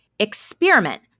experiment